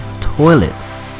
toilets